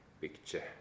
picture